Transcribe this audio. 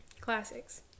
Classics